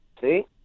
See